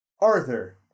Arthur